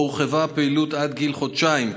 שבו הורחבה הפעילות עד גיל חודשיים,